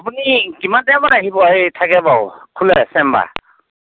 আপুনি কিমান টাইমত আহিব সেই থাকে বাৰু খোলে চেম্বাৰ